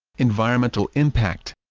environmental impact